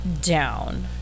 down